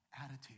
attitude